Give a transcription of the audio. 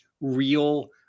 real